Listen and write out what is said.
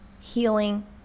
healing